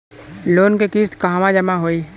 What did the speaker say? Loan के किस्त कहवा जामा होयी?